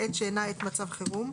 בעת שאינה עת מצב חירום,